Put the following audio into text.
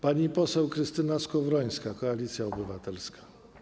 Pani poseł Krystyna Skowrońska, Koalicja Obywatelska.